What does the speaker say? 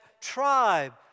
tribe